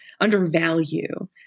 undervalue